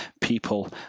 people